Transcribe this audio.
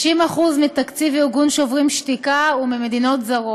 60% מתקציב ארגון "שוברים שתיקה" הוא ממדינות זרות.